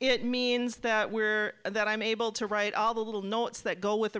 it means that we're that i'm able to write all the little notes that go with